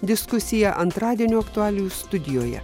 diskusija antradienio aktualijų studijoje